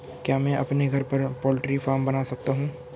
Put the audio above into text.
क्या मैं अपने घर पर पोल्ट्री फार्म बना सकता हूँ?